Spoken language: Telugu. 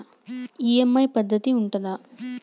ఈ.ఎమ్.ఐ పద్ధతి ఉంటదా?